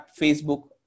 Facebook